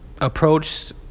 approached